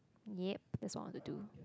yup that's want to do